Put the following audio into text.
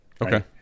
Okay